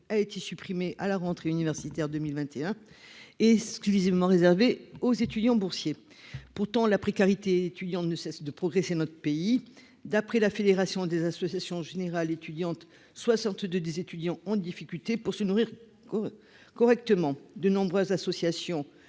a été supprimée à la rentrée universitaire 2021, le repas à un euro étant de nouveau réservé aux seuls étudiants boursiers. Pourtant, la précarité étudiante ne cesse de progresser dans notre pays. D'après la Fédération des associations générales étudiantes (Fage), 62 % des étudiants ont des difficultés pour se nourrir correctement. De nombreuses associations